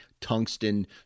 Tungsten